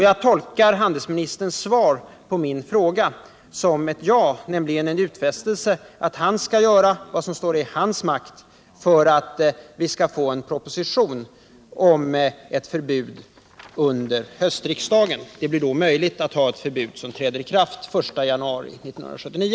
Jag tolkar handelsministerns svar på min fråga som ett ja, nämligen en utfästelse att han skall göra vad som står i hans makt för att vi under höstriksdagen skall få en proposition om ett förbud. Det blir då möjligt att förbudet kan träda i kraft den 1 januari 1979.